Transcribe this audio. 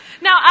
Now